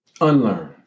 unlearn